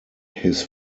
his